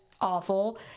awful